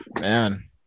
man